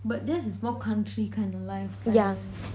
but theirs is more country kind of life right